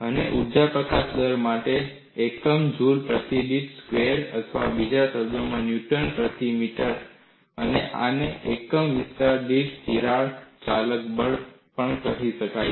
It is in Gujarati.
અને ઊર્જા પ્રકાશન દર માટેના એકમો જુલ પ્રતિ મીટર સ્ક્વેર્ અથવા બીજા શબ્દોમાં ન્યૂટન પ્રતિ મીટર છે અને આને એકમ વિસ્તરણ દીઠ તિરાડ ચાલક બળ પણ કહી શકાય